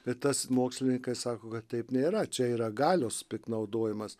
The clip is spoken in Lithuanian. mitas mokslininkai sako kad taip nėra čia yra galios piktnaudojimas